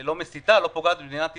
שלא מסיתה ולא פוגעת במדינת ישראל.